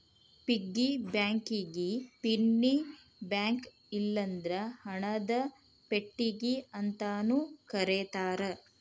piggy ಬ್ಯಾಂಕಿಗಿ ಪಿನ್ನಿ bank ಇಲ್ಲಂದ್ರ ಹಣದ ಪೆಟ್ಟಿಗಿ ಅಂತಾನೂ ಕರೇತಾರ